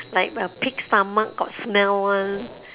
like uh pig's stomach got smell [one]